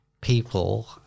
people